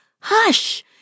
Hush